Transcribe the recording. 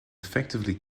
effectively